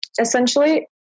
essentially